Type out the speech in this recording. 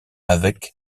avec